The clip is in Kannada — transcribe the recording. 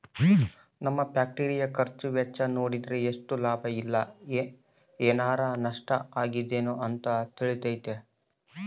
ನಮ್ಮ ಫ್ಯಾಕ್ಟರಿಯ ಖರ್ಚು ವೆಚ್ಚ ನೋಡಿದ್ರೆ ಎಷ್ಟು ಲಾಭ ಇಲ್ಲ ಏನಾರಾ ನಷ್ಟ ಆಗಿದೆನ ಅಂತ ತಿಳಿತತೆ